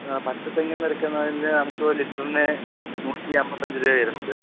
ആ പച്ച തെങ്ങിൽ നിന്ന് ഇറക്കുന്നതിന് നമുക്ക് ഒരു ലിറ്ററിന് നൂറ്റി അൻപത്തഞ്ച് രൂപ വരുന്നുണ്ട്